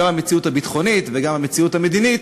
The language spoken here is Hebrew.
גם המציאות הביטחונית וגם המציאות המדינית,